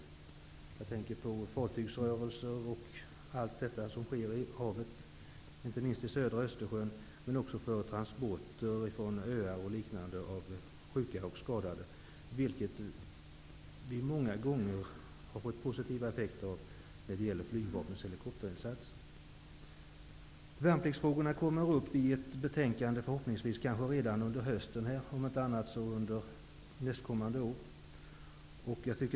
Jag tänker på fartygsrörelser och annat som sker på havet, inte minst i södra Östersjön, men också på transporter från öar av sjuka och skadade. Där har flygvapnets helikopterinsatser varit av stort värde. Värnpliktsfrågorna kommer upp i ett betänkande, förhoppningsvis redan under hösten -- annars under nästkommande år.